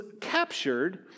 captured